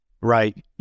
Right